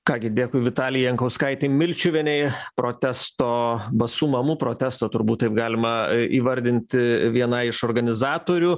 ką gi dėkui vitalijai jankauskaitei milčiuvienei protesto basų mamų protesto turbūt taip galima įvardinti viena iš organizatorių